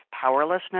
powerlessness